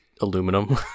aluminum